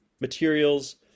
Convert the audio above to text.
materials